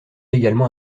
également